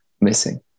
missing